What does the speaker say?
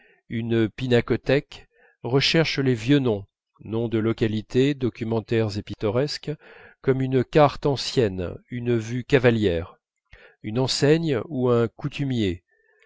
une pinacothèque recherchent les vieux noms noms de localités documentaires et pittoresques comme une carte ancienne une vue cavalière une enseigne ou un coutumier